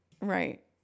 right